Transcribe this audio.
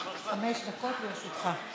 חמש דקות לרשותך.